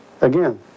Again